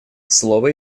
слово